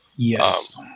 Yes